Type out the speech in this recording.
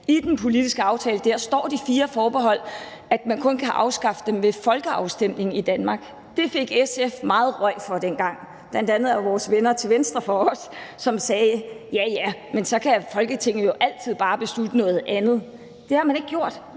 I dén politiske aftale står de fire forbehold, og at man kun kan afskaffe dem ved folkeafstemning i Danmark. Det fik SF meget røg for dengang, bl.a. af vores venner til venstre for os, som sagde, at ja, ja, men så kan Folketinget jo altid bare beslutte noget andet. Det har man ikke gjort.